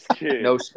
No